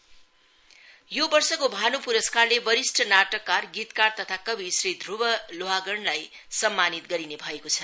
भानु पुरस्कार यो वर्षको भान् प्रस्कारले वरिष्ठ नाटककार गीतकार तथा कवि श्री ध्रव लोहागणलाई सम्मानित गरिने भएको छ